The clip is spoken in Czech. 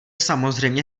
samozřejmě